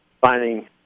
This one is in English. finding